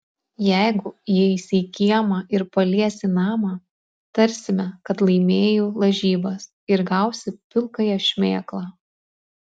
jeigu įeisi į kiemą ir paliesi namą tarsime kad laimėjai lažybas ir gausi pilkąją šmėklą